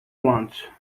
want